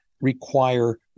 require